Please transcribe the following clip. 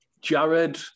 Jared